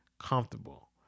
comfortable